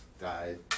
died